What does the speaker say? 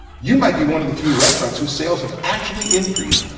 you might be one of the few restaurants whose sales have actually increased,